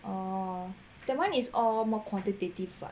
orh that one is all more quantitative [what]